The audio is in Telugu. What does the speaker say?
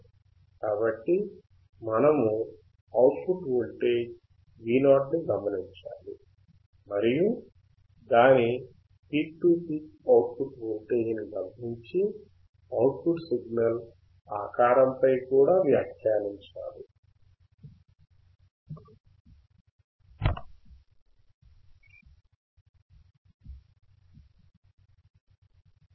కాబట్టి మనము అవుట్ పుట్ వోల్టేజ్ Vout ని గమనించాలి మరియు దాని peak to peak output voltage ని గమనించి అవుట్ పుట్ సిగ్నల్ ఆకారంపై కూడా వ్యాఖ్యానించాలి